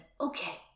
okay